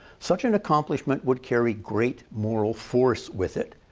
such an accomplishment would carry great moral force with it.